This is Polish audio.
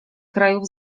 krajów